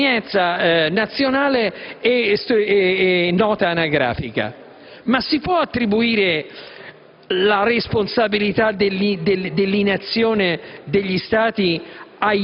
provenienza nazionale e nota anagrafica. Ma si può attribuire la responsabilità della inazione degli Stati